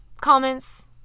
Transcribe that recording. comments